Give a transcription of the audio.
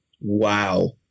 wow